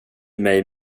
mig